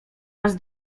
raz